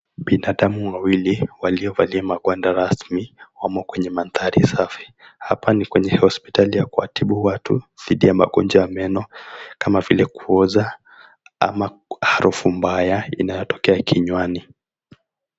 Binadamu wawili waliovalia magwanda rasmi wamo kwenye maandhari safi. Hapa ni kwenye hosipitali ya kuwatibu watu dhidi ya magojwa ya meno kama vile kuoza ama harufu baya inayotokea kinywani.